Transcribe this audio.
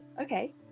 okay